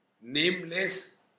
Nameless